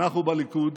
אנחנו בליכוד,